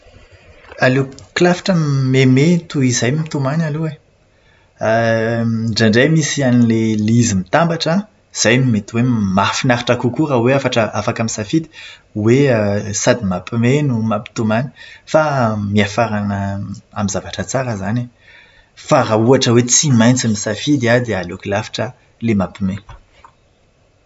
Aleoko lavitra mihomehimehy toy izay mitomany aloha e. Indraindray misy an'ilay ilay izy mitambatra, izay no mety hoe mahafianritra kokoa raha hoe afatra- afaka misafidy hoe sady mampihomehy no mampitomany. Fa miafarana amin'ny zavatra tsara izany e. Fa raha ohatra hoe tsy maintsy misafidy an dia aleoko lavitra ilay mampihomehy.